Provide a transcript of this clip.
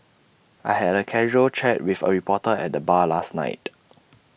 I had A casual chat with A reporter at the bar last night